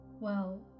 Well